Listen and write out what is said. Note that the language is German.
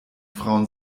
frauen